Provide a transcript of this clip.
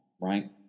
right